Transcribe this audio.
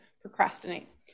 procrastinate